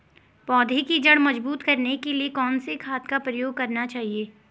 पौधें की जड़ मजबूत करने के लिए कौन सी खाद का प्रयोग करना चाहिए?